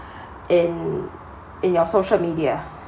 in in your social media